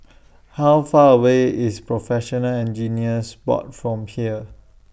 How Far away IS Professional Engineers Board from here